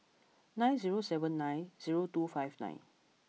nine zero seven nine zero two five nine